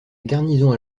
garnison